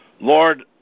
Lord